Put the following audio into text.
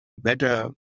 better